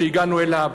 שהגענו אליו.